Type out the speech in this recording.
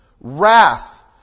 Wrath